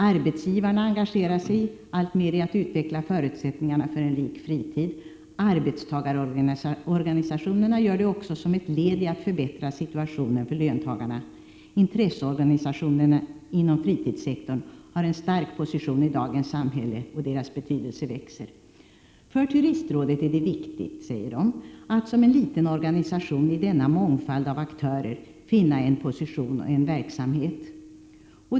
Arbetsgivarna engagerar sig alltmer i att utveckla förutsättningarna för en rik fritid. Arbetstagarorganisationerna gör det också som ett led i att förbättra situationen för löntagarna. Intresseorganisationerna inom fritidssektorn har en stark position i dagens samhälle och deras betydelse växer. För Turistrådet är det viktigt att som en liten organisation i denna mångfald av aktörer finna en position och verksamhet.